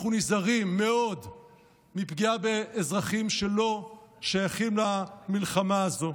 אנחנו נזהרים מאוד מפגיעה באזרחים שלא שייכים למלחמה הזו.